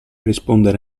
rispondere